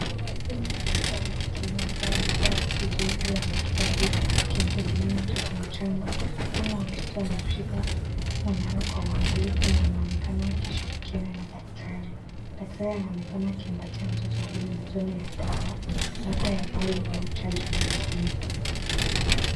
Huyu ni daktari wa kiume ambaye amevaa koti jeupe lla daktari akimhudumia mtoto mchanga mama wa mtoto amemshika mwanawe kwa uagalifu na anaonekana akishirikiana na daktari Daktari anaonekana akimpatia mtoto huyu matone ya dawa labda ya polio au chanjo nyingine.